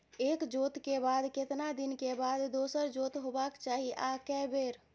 एक जोत के बाद केतना दिन के बाद दोसर जोत होबाक चाही आ के बेर?